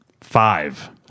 five